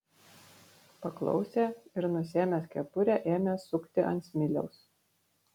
paklausė ir nusiėmęs kepurę ėmė sukti ant smiliaus